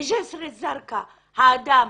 בג'יסר א זרקא, האדם